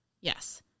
Yes